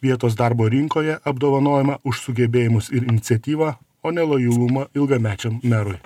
vietos darbo rinkoje apdovanojama už sugebėjimus ir iniciatyvą o ne lojalumą ilgamečiam merui